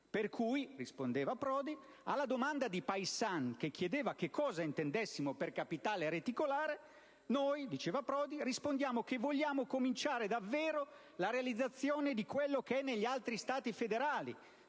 Per cui - rispondeva Prodi - alla domanda di Paissan che chiedeva che cosa intendessimo per capitale reticolare, noi rispondiamo che vogliamo cominciare davvero la realizzazione di quello che è negli altri Stati federali,